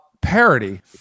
parody